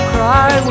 Cry